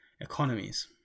economies